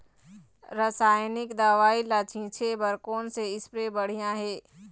रासायनिक दवई ला छिचे बर कोन से स्प्रे बढ़िया हे?